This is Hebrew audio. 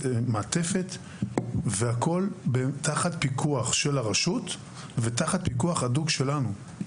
מעטפת והכול תחת פיקוח של הרשות ותחת פיקוח הדוק שלנו.